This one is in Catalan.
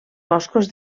boscos